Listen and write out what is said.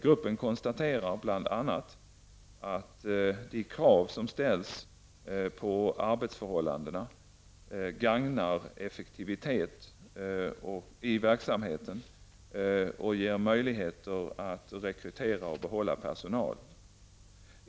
Gruppen konstaterar bl.a. att de krav som ställs på arbetsförhållandena gagnar effektivitet i verksamheten och ger möjligheter att rekrytera och behålla personal.